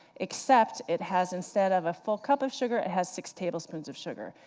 except it has instead of a full cup of sugar, it has six tablespoons of sugar.